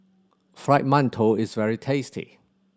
Fried Mantou is very tasty